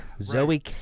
Zoe